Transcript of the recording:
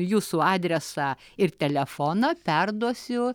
jūsų adresą ir telefoną perduosiu